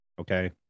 Okay